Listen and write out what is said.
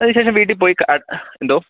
അതിന് ശേഷം വീട്ടിൽ പോയി എന്തോ